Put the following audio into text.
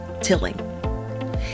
tilling